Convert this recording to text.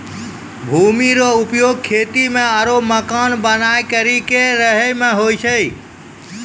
भूमि रो उपयोग खेती मे आरु मकान बनाय करि के रहै मे हुवै छै